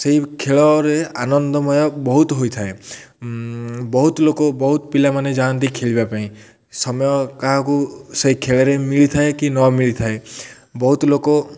ସେହି ଖେଳରେ ଆନନ୍ଦମୟ ବହୁତ ହେଇଥାଏ ବହୁତ ଲୋକ ବହୁତ ପିଲାମାନେ ଯାଆନ୍ତି ଖେଳିବା ପାଇଁ ସମୟ କାହାକୁ ସେହି ଖେଳରେ ମିଳିଥାଏ କି ନ ମିଳିଥାଏ ବହୁତ ଲୋକ